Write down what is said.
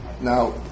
Now